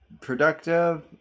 productive